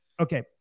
Okay